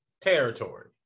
territory